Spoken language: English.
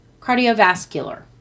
cardiovascular